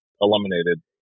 eliminated